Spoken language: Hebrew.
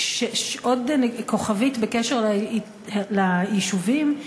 עוד כוכבית בקשר ליישובים: